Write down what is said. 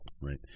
right